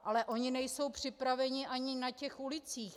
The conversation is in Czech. Ale oni nejsou připraveni ani na těch ulicích.